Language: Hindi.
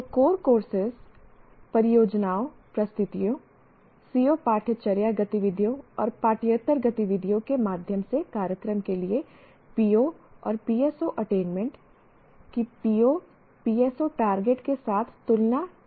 तो कोर कोर्सेज परियोजनाओं प्रस्तुतियों CO पाठ्यचर्या गतिविधियों और पाठ्येतर गतिविधियों के माध्यम से कार्यक्रम के लिए PO PSO अटेनमेंट कि PO PSO टारगेट के साथ तुलना की जाती है